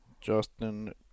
Justin